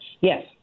Yes